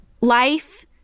life